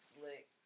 slick